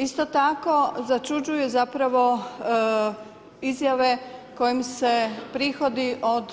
Isto tako začuđuju zapravo izjave kojim se prihodi od